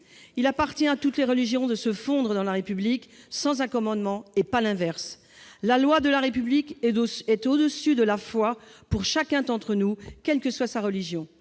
Il appartient à toutes les religions de se fondre dans la République, sans accommodement, et non l'inverse. La loi de la République est au-dessus de la foi pour chacun d'entre nous, quelle que soit sa religion.